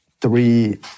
three